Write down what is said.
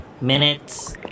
minutes